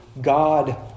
God